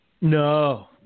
no